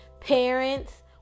parents